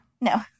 No